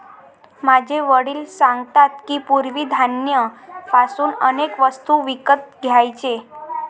माझे वडील सांगतात की, पूर्वी धान्य पासून अनेक वस्तू विकत घ्यायचे